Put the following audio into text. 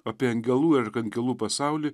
apie angelų ir arkangelų pasaulį